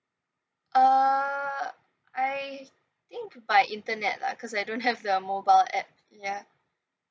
uh I think by internet lah cause I don't have the mobile app ya